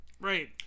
right